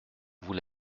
vous